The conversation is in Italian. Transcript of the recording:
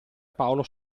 paolo